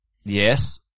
Yes